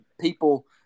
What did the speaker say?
people